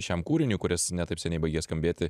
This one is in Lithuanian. šiam kūriniui kuris ne taip seniai baigė skambėti